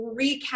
recap